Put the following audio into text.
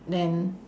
then